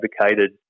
advocated